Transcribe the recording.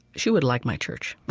she would like my church